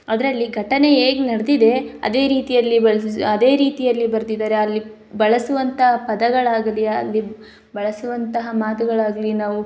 ಅದರಲ್ಲಿ ಘಟನೆ ಹೇಗ್ ನಡೆದಿದೆ ಅದೇ ರೀತಿಯಲ್ಲಿ ಅದೇ ರೀತಿಯಲ್ಲಿ ಬರೆದಿದಾರೆ ಅಲ್ಲಿ ಬಳಸುವಂಥ ಪದಗಳಾಗಲಿ ಅಲ್ಲಿ ಬಳಸುವಂತಹ ಮಾತುಗಳಾಗಲಿ ನಾವು